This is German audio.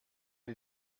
die